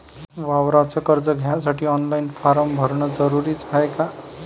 वावराच कर्ज घ्यासाठी ऑनलाईन फारम भरन जरुरीच हाय का?